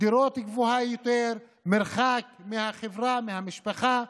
הדירות גבוהה יותר, וזה המרחק מהחברה ומהמשפחה.